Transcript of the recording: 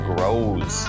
Grows